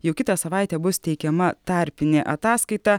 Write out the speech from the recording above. jau kitą savaitę bus teikiama tarpinė ataskaita